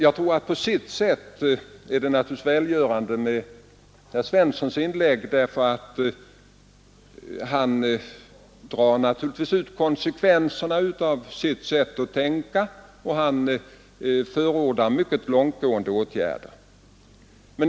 Jag tror att det på sitt sätt är välgörande med herr Svenssons inlägg, därför att han drar ut konsekvenserna av sitt sätt att tänka och förordar mycket långtgående åtgärder.